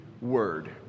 word